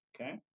Okay